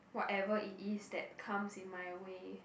whatever it is that comes in my way